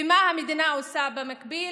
ומה המדינה עושה במקביל?